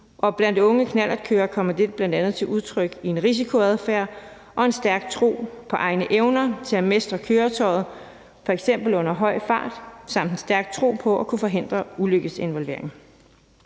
blandt unge knallertkørere kommer det bl.a. til udtryk i en risikoadfærd og en stærk tro på egne evner til at mestre køretøjet, f.eks. under høj fart, samt en stærk tro på at kunne forhindre ulykkesinvolvering.